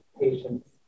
patients